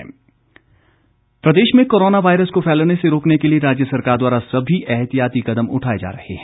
corona प्रबंध प्रदेश में कोरोना वायरस को फैलने से रोकने के लिए राज्य सरकार द्वारा सभी एहतियाती कदम उठाए जा रहे हैं